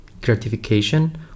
gratification